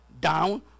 down